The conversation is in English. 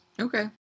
Okay